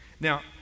Now